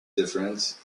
difference